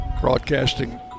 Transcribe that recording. broadcasting